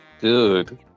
Dude